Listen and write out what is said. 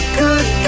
good